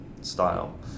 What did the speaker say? style